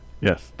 Yes